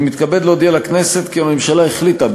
אני מתכבד להודיע לכנסת כי הממשלה החליטה,